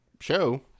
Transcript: show